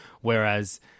Whereas